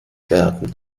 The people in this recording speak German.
werden